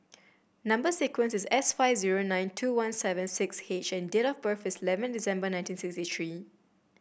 number sequence is S five zero nine two one seven six H and date of birth is eleven December nineteen sixty three